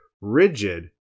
rigid